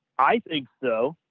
i think so.